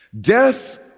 Death